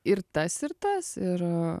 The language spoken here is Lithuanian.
ir tas ir tas ir